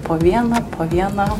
po vieną po vieną